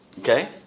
Okay